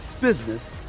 business